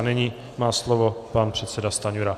Nyní má slovo pan předseda Stanjura.